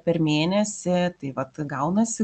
per mėnesį tai vat gaunasi